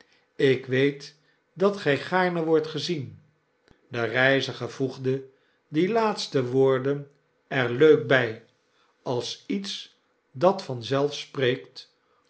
ik weet dat gy gaarne wordt gezien de reiziger voegde die laatste woorden er leuk by als iets dat vanzelf spreekt